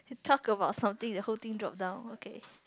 talk about something the whole thing drop down okay